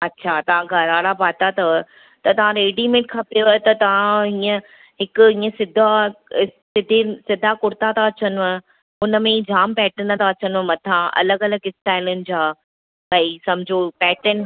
अच्छा तव्हां गरारा पाता अथव त तव्हां रेडीमेड खपेव त तव्हां हीअं हिकु ईअं सिधा सिधे में सिधा कुर्ता था अचनिव उन में ई जाम पैटर्न था अचनिव मथां अलॻि अलॻि स्टाइलिन जा भाई समुझो पैटर्न